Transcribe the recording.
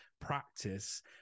practice